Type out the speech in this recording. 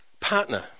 partner